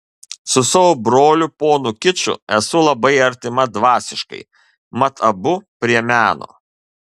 su savo broliu ponu kiču esu labai artima dvasiškai mat abu prie meno